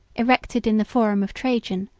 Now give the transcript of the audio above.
erected in the forum of trajan,